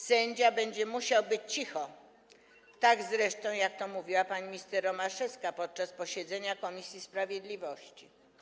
Sędzia będzie musiał być cicho, tak zresztą, jak to mówiła pani minister Romaszewska podczas posiedzenia komisji sprawiedliwości.